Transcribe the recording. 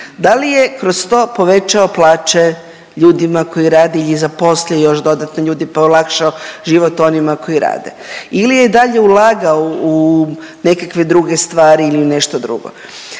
Da li je kroz to povećao plaće ljudima koji rade i zaposle još dodatno ljudi pa olakšao život onima koji rade ili je i dalje ulagao u nekakve druge stvari ili u nešto drugo.